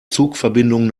zugverbindungen